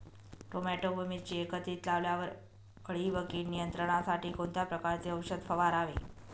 Tomato व मिरची एकत्रित लावल्यावर अळी व कीड नियंत्रणासाठी कोणत्या प्रकारचे औषध फवारावे?